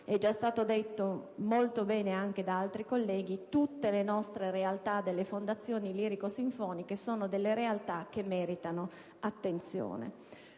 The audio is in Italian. è già stato detto molto bene anche da altri colleghi - tutte le nostre realtà delle fondazioni lirico-sinfoniche meritano attenzione.